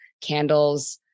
candles